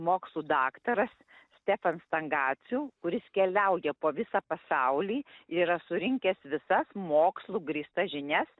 mokslų daktaras stefan stangaciu kuris keliauja po visą pasaulį yra surinkęs visas mokslu grįstas žinias